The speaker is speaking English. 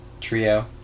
trio